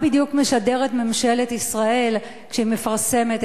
מה בדיוק משדרת ממשלת ישראל כשהיא מפרסמת